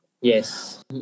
Yes